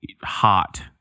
hot